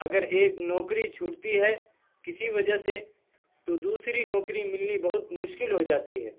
اگر ایک نوکری چھوٹتی ہے کسی وجہ سے تو دوسری نوکری ملنی بہت مشکل ہو جاتی ہے